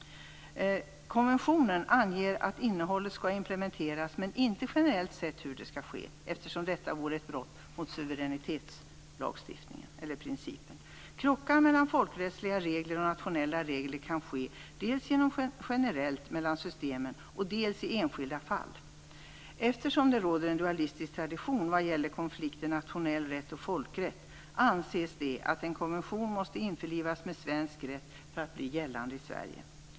Konventionen anger att innehållet skall implementeras, men inte hur det skall ske generellt sett eftersom detta vore ett brott mot suveränitetsprincipen. Krockar mellan folkrättsliga och nationella regler kan ske dels generellt mellan systemen, dels i enskilda fall. Eftersom det råder en dualistisk tradition vad gäller konflikten mellan nationell rätt och folkrätt anses det att en konvention måste införlivas med svensk rätt för att bli gällande i Sverige.